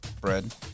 bread